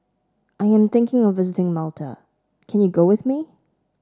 I am thinking of visiting Malta can you go with me